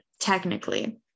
technically